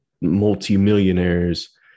multimillionaires